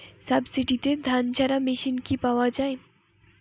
সাবসিডিতে ধানঝাড়া মেশিন কি পাওয়া য়ায়?